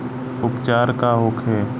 उपचार का होखे?